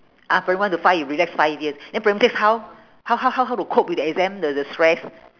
ah primary one to five you relax five years then primary six how how how how how to cope with the exam the the stress